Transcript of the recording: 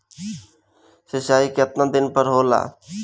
सिंचाई केतना दिन पर होला?